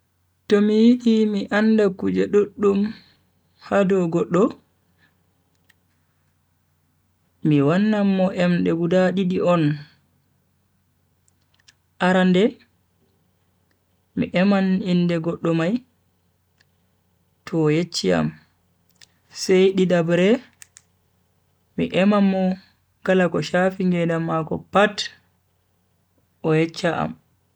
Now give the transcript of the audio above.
To mi yidi mi anda kuje duddum ha dow goddo, mi wannan mo emde guda didi on. Arande mi eman inde goddo mai, to o yecchi am sai didabre mi eman mo kala ko shafi ngedam mako pat o yeccha am.